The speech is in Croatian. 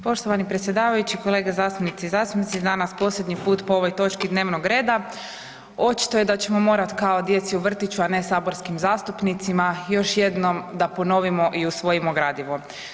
Poštovani predsjedavajući, kolege zastupnici i zastupnice danas posljednji put po ovoj točki dnevnog reda očito je da ćemo morati kao djeci u vrtiću, a ne saborskim zastupnicima još jednom da ponovimo i usvojimo gradivo.